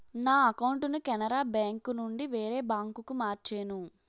నా అకౌంటును కెనరా బేంకునుండి వేరే బాంకుకు మార్చేను